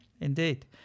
Indeed